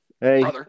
Hey